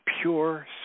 pure